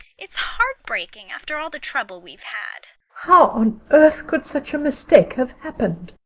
it's heartbreaking, after all the trouble we've had. how on earth could such a mistake have happened?